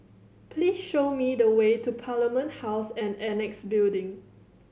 please show me the way to Parliament House and Annexe Building